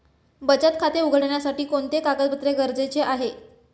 बचत खाते उघडण्यासाठी कोणते कागदपत्रे गरजेचे आहे?